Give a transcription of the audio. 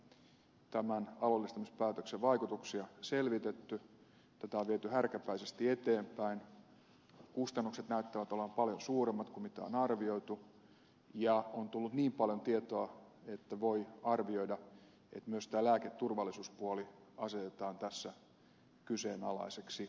ei ole kaikkia tämän alueellistamispäätöksen vaikutuksia selvitetty tätä on viety härkäpäisesti eteenpäin kustannukset näyttävät olevan paljon suuremmat kuin on arvioitu ja on tullut niin paljon tietoa että voi arvioida että myös tämä lääketurvallisuuspuoli asetetaan tässä kyseenalaiseksi